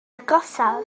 agosaf